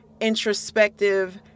introspective